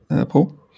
Paul